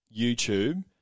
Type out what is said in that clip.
YouTube